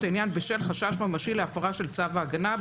העניין בשל חשש ממשי להפרה של צו ההגנה,